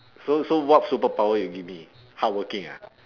so so what superpower you give me hardworking ah